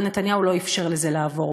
אבל נתניהו לא אפשר לזה לעבור.